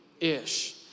ish